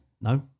No